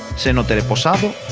cenote reposado